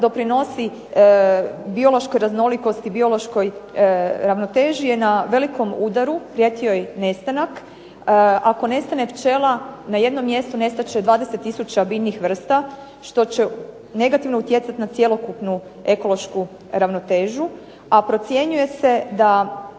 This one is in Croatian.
doprinosi biološkoj raznolikosti, biološkoj ravnoteži je na velikom udaru, prijeti joj nestanak. Ako nestane pčela, na jednom mjestu nestat će 20 tisuća biljnih vrsta, što će negativno utjecati na cjelokupnu ekološku ravnotežu, a procjenjuje se da